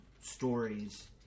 stories